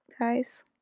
guys